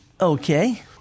Okay